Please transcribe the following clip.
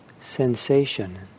sensation